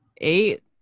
eight